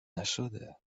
نشده